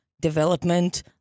development